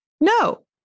No